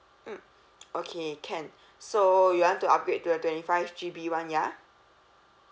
mm okay can so you want to upgrade to the twenty five G_B [one] ya